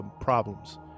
problems